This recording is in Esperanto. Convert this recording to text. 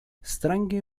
strange